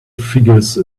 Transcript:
figures